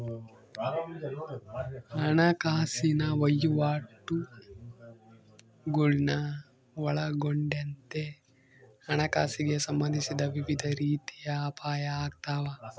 ಹಣಕಾಸಿನ ವಹಿವಾಟುಗುಳ್ನ ಒಳಗೊಂಡಂತೆ ಹಣಕಾಸಿಗೆ ಸಂಬಂಧಿಸಿದ ವಿವಿಧ ರೀತಿಯ ಅಪಾಯ ಆಗ್ತಾವ